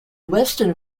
weston